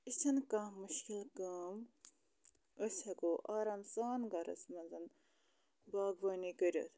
یہِ چھَنہٕ کانٛہہ مُشکِل کٲم أسۍ ہٮ۪کو آرام سان گَرَس منٛز باغبٲنی کٔرِتھ